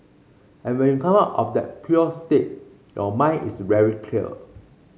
and when you come out of that pure state your mind is very clear